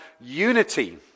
unity